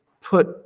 put